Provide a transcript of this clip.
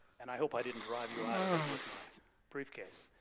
and, i hope i didn't drive you out of it with my briefcase,